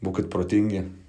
būkit protingi